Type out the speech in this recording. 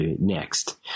next